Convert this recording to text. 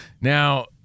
Now